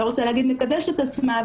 אני לא רוצה להגיד מקדשת את עצמה,